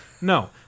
No